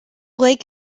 lake